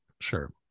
Sure